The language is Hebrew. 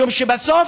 משום שבסוף,